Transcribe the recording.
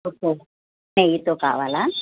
okay నెయ్యితో కావాలా